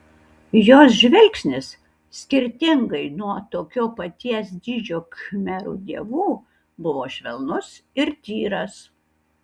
jos žvilgsnis skirtingai nuo tokio paties dydžio khmerų dievų buvo švelnus ir tyras